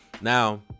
Now